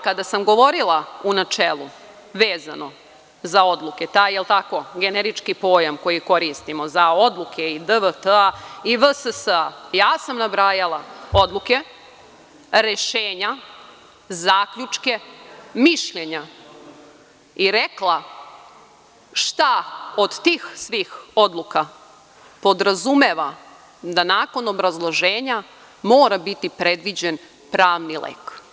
Kada sam govorila u načelu vezano za odluke, taj, jel tako, generički pojam koji koristimo za odluke i DVP i VSS, ja sam nabrajala odluke, rešenja, zaključke, mišljenja i rekla šta od tih svih odluka podrazumeva da nakon obrazloženja mora biti predviđen pravni lek.